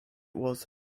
was